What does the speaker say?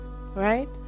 Right